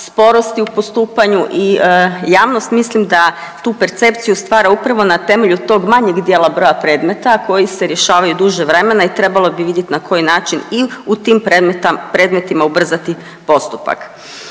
sporosti u postupanju i javnost mislim da tu percepciju stvara upravo na temelju tog manjeg dijela broja predmeta, a koji se rješavaju duže vremena i trebalo bi vidjet na koji način i u tim predmetima ubrzati postupak,